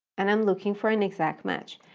and i'm looking for an exact match.